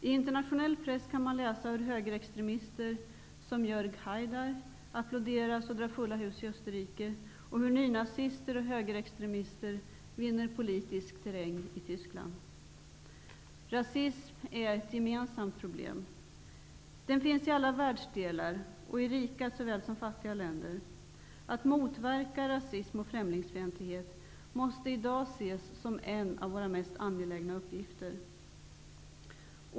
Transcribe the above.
I internationell press kan man läsa hur högerextremister som Jörg Haidar applåderas och drar fulla hus i Österrike och om hur nynazister och högerextremister vinner politisk terräng i Rasism är ett gemensamt problem. Den finns i alla världsdelar och i rika såväl som i fattiga länder. Att motverka rasism och främlingsfientlighet måste i dag ses som en av våra mest angelägna uppgifter.